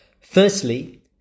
Firstly